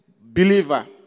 believer